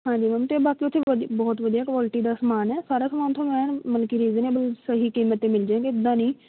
ਹਾਂਜੀ ਮੈਮ ਅਤੇ ਬਾਕੀ ਉੱਥੇ ਵਧੀਆ ਬਹੁਤ ਵਧੀਆ ਕੁਆਲਿਟੀ ਦਾ ਸਮਾਨ ਹੈ ਸਾਰਾ ਸਮਾਨ ਤੁਹਾਨੂੰ ਐਨ ਮਤਲਬ ਕਿ ਰੀਜਨੇਬਲ ਸਹੀ ਕੀਮਤ 'ਤੇ ਮਿਲ ਜੇਂਗੇ ਇੱਦਾਂ ਨਹੀਂ